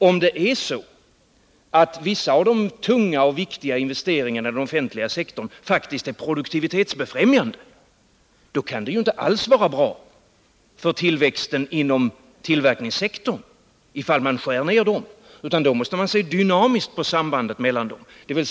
Om det är så att vissa av de tunga och viktiga investeringarna i den offentliga sektorn faktiskt är produktivitetsbefrämjande, kan det ju inte alls vara bra för tillväxten inom tillverkningssektorn ifall man skär ner dessa investeringar, utan då måste man se dynamiskt på sambandet mellan sektorerna.